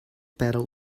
pedal